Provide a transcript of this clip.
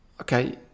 okay